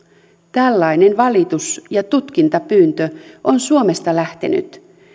tällainen valitus ja tutkintapyyntö on suomesta lähtenyt